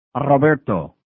Roberto